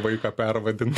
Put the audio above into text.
vaiką pervadint